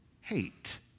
hate